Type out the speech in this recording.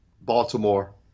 Baltimore